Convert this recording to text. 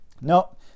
No